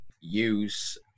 use